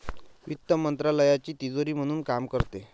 वित्त मंत्रालयाची तिजोरी म्हणून काम करते